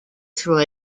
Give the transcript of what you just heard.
through